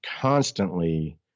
constantly